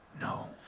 No